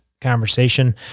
conversation